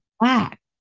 back